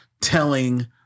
telling